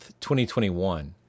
2021